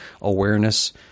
awareness